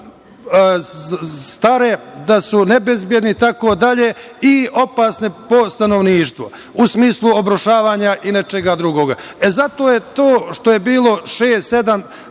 stare, da su nebezbedne itd, i opasne po stanovništvo, u smislu obrušavanja i nečega drugoga. Zato je to što je bilo